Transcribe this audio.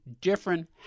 different